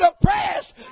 depressed